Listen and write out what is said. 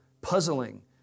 puzzling